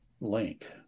link